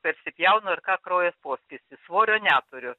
persipjaunu ir ką kraujas po svorio neturiu